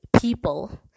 people